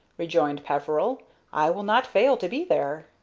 rejoined peveril i will not fail to be there.